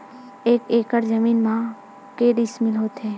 एक एकड़ जमीन मा के डिसमिल होथे?